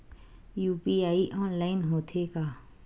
UPI online होथे का?